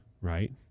right